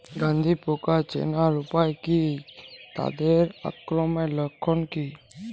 গন্ধি পোকা চেনার উপায় কী তাদের আক্রমণের লক্ষণ কী?